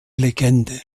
legende